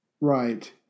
Right